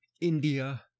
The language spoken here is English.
India